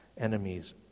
enemies